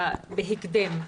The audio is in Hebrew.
בהקדם.